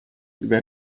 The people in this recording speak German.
über